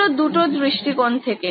এগুলো দুটি দৃষ্টিকোণ থেকে